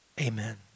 Amen